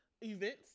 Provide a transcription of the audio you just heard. events